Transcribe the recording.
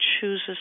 chooses